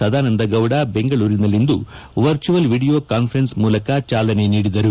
ಸದಾನಂದಗೌಡ ಬೆಂಗಳೂರಿನಲ್ಲಿಂದು virtual video conference ಮೂಲಕ ಚಾಲನೆ ನೀಡಿದರು